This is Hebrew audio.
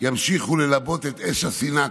ימשיכו ללבות את אש השנאה,